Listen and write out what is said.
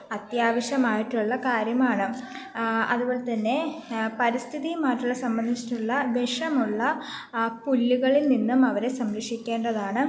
അത്യാവശ്യമായിട്ടുള്ള കാര്യമാണ് അതുപോലെത്തന്നെ പരിസ്ഥിതിയുമായിട്ടുള്ള സംബന്ധിച്ചിട്ടുള്ള വിഷമുള്ള പുല്ലുകളിൽ നിന്നും അവരെ സംരക്ഷിക്കേണ്ടതാണ്